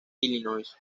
illinois